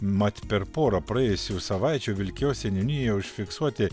mat per porą praėjusių savaičių vilkijos seniūnijoje užfiksuoti